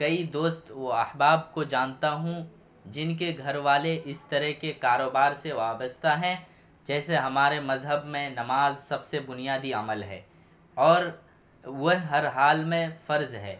کئی دوست و احباب کو جانتا ہوں جن کے گھر والے اس طرح کے کاروبار سے وابستہ ہیں جیسے ہمارے مذہب میں نماز سب سے بنیادی عمل ہے اور وہ ہر حال میں فرض ہے